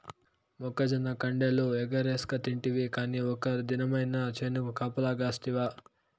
మొక్కజొన్న కండెలు ఎగరేస్కతింటివి కానీ ఒక్క దినమైన చేనుకు కాపలగాస్తివా